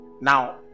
Now